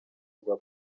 rwa